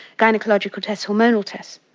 gynaecological tests, hormonal tests.